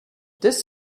this